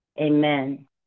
Amen